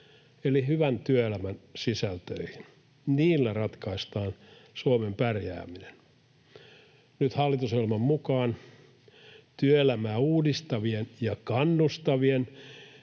eli hyvän työelämän sisältöihin. Niillä ratkaistaan Suomen pärjääminen. Nyt hallitusohjelman mukaan työelämää uudistavien ja kannustavien